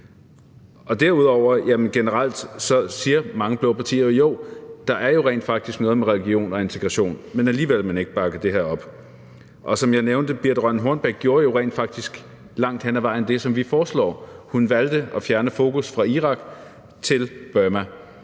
Derudover siger mange blå partier generelt: Jo, der er rent faktisk noget om religion og integration, men alligevel vil man ikke bakke det her op. Som jeg nævnte, gjorde Birthe Rønn Hornbech rent faktisk langt hen ad vejen det, som vi foreslår. Hun valgte at flytte fokus fra Irak til Burma.